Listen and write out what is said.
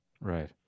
Right